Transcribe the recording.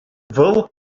вӑл